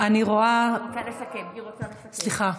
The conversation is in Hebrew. סליחה.